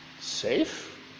Safe